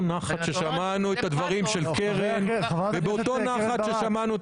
נחת ששמענו את הדברים של קרן ושל אורית.